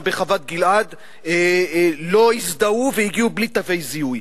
בחוות-גלעד לא הזדהו והגיעו בלי תגי זיהוי.